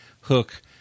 Hook